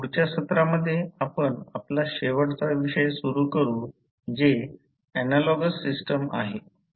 पुढच्या सत्रामध्ये आपण आपला शेवटचा विषय सुरू करू जे ऍनालॉगस सिस्टिम आहे